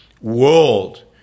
world